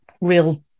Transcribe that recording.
real